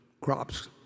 crops